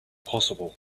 possible